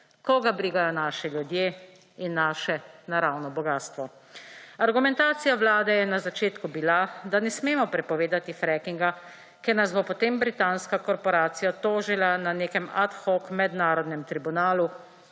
Koga brigajo naši ljudje in naše naravno bogastvo. Argumentacija Vlade je na začetku bila, da ne smemo prepovedati frackinga, ker nas bo potem britanska korporacija tožila na nekem ad hoc mednarodnem tribunalu,